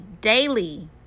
daily